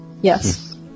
yes